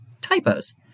typos